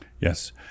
Yes